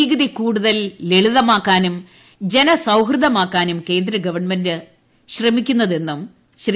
നികുതി കൂടുതൽ ലളിതമാക്കാനും ജനസൌഹൃദമാക്കാനുമാണ് കേന്ദ്രഗവൺമെന്റ് ശ്രമിക്കുന്നതെന്നും ശ്രീ